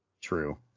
True